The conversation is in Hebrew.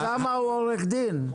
אוסאמה הוא עורך דין.